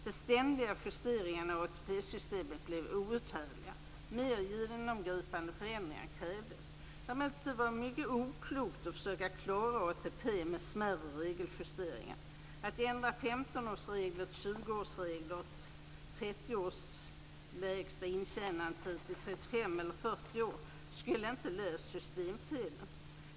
De ständiga justeringarna i ATP-systemet blev outhärdliga. Mer genomgripande förändringar krävdes. Det hade emellertid varit mycket oklokt att försöka klara ATP med smärre regeljusteringar. Att ändra 15-årsregler till 20-årsregler och 30 års lägsta intjänandetid till 35 eller 40 år skulle inte ha löst systemfelen.